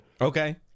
Okay